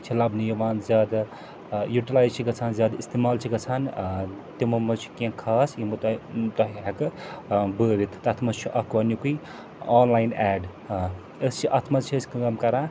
چھِ لَبنہٕ یِوان زیادٕ ٲں یوٹیلایز چھِ گژھان زیادٕ استعمال چھِ گژھان ٲں تِمو منٛز چھِ کیٚنٛہہ خاص یِم بہٕ تۄہہِ تۄہہِ ہیٚکہٕ ٲں بٲوِتھ تَتھ منٛز چھُ اَکھ گۄڈنیٛکُے آنلایِن ایڈ ٲں أسۍ چھِ اَتھ منٛز چھِ أسۍ کٲم کَران